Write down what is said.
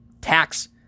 Tax